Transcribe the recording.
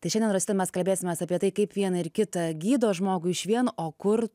tai šiandien rosita mes kalbėsimės apie tai kaip viena ir kita gydo žmogų iš vieno o kur